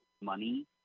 money